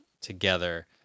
together